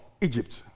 Egypt